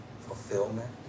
fulfillment